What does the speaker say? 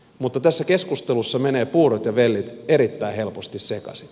mutta tässä keskustelussa menevät puurot ja vellit erittäin helposti sekaisin